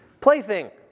plaything